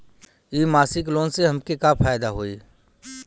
इ मासिक लोन से हमके का फायदा होई?